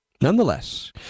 Nonetheless